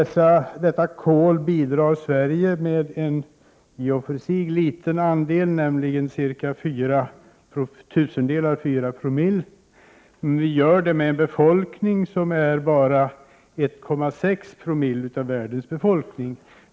Sverige bidrar med en i och för sig liten andel av detta kol, nämligen ca 4 promille — men har en befolkning som bara är 1,6 promille av världens befolkning.